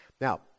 Now